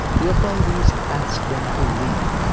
the authorities asked them to leave.